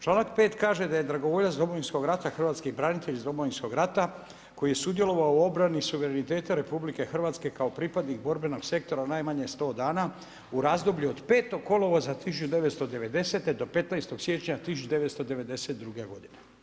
Članak 5. kaže da je dragovoljac Domovinskog rata hrvatski branitelj iz Domovinskog rata koji je sudjelovao u obrani suvereniteta RH kao pripadnik borbenog sektora najmanje sto dana u razdoblju od 5. kolovoza 1990. do 15. siječnja 1992. godine.